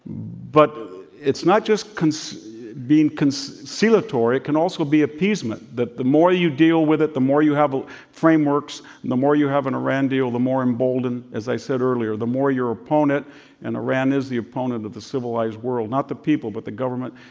but it's not just so being conciliatory. it can also be appeasement, that the more you deal with it, the more you have a frameworks, and the more you have an iran deal, the more emboldened, as i said earlier, the more your opponent and iran is the opponent of the civilized world, not the people, but the government,